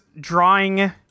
drawing